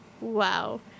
wow